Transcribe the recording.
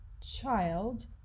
child